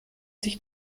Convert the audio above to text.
sich